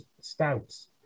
stouts